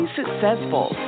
successful